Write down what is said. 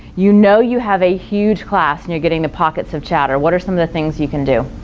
you know you have a huge class and you're getting the pockets of chatter, what are some of the things you can do?